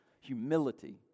humility